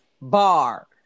bar